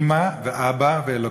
אימא ואבא ואלוקים.